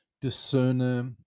discerner